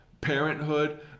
parenthood